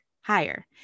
higher